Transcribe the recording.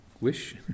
wish